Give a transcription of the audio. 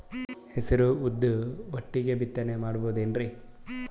ಹೆಸರು ಉದ್ದು ಒಟ್ಟಿಗೆ ಬಿತ್ತನೆ ಮಾಡಬೋದೇನ್ರಿ?